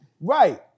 Right